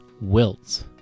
wilts